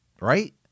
right